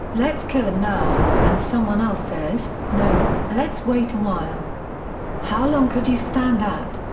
let's kill em now and someone else says, no, let's wait a while how long could you stand that?